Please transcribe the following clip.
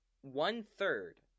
one-third